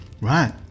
Right